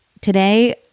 Today